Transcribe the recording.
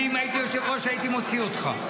אם אני הייתי יושב-ראש, הייתי מוציא אותך.